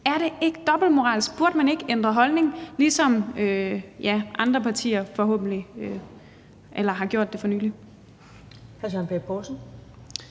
Er det ikke dobbeltmoralsk? Burde man ikke ændre holdning, ligesom andre partier har gjort det for nylig?